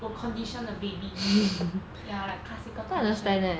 will condition the baby ya like classical condition